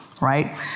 right